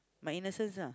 my innocence ah